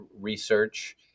research